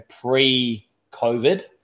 pre-COVID